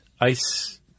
ice